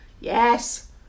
Yes